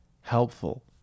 helpful